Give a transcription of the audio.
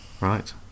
Right